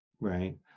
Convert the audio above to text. right